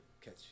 catch